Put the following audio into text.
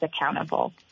accountable